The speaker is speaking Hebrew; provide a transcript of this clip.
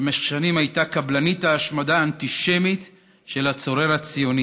שבמשך שנים הייתה קבלנית ההשמדה האנטישמית של הצורר הנאצי,